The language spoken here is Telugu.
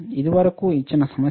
ఇది మనకు ఇచ్చిన సమస్య